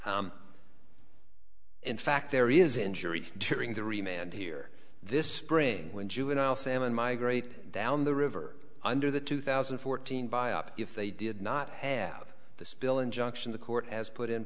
remained in fact there is injury during the remained here this spring when juvenile salmon migrate down the river under the two thousand and fourteen by up if they did not have the spill injunction the court has put in